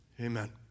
Amen